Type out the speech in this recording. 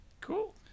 Cool